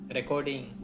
recording